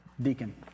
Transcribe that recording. Deacon